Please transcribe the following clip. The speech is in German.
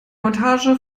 montage